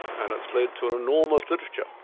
and it's led to and enormous literature,